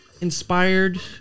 inspired